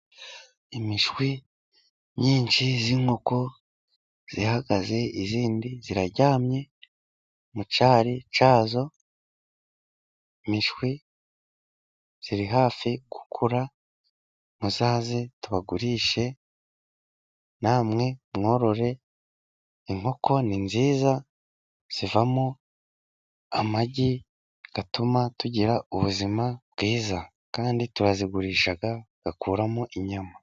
Imishwi nyinshi y'inkoko ihagaze izindi ziraryamye mu cyari cyazo, imishwi iri hafi gukura, muzaze tubagurishe namwe mworore, inkoko ni nziza zivamo amagi atuma tugira ubuzima bwiza, kandi turazigurisha tugakuramo inyama.